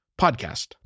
podcast